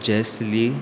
जॅस्ली